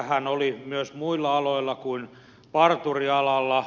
näitähän oli myös muilla aloilla kuin parturialalla